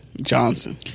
Johnson